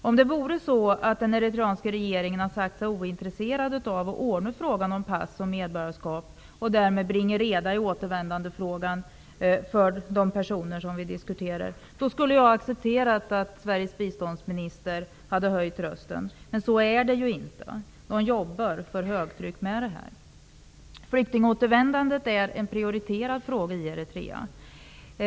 Om det vore så att den eritreanska regeringen hade sagt sig vara ointresserad av att ordna frågan om pass och medborgarskap och därmed bringa reda i återvändandefrågan för de personer som vi diskuterar, skulle jag ha accepterat att Sveriges biståndsminister hade höjt rösten. Men så är det ju inte. De jobbar för högtryck med detta. Flyktingåtervändandet är en prioriterad fråga i Eritrea.